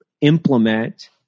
implement